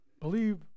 believe